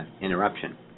interruption